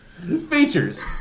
Features